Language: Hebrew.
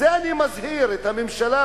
אני מזהיר את הממשלה,